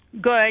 good